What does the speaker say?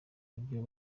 ibyo